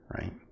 right